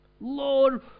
Lord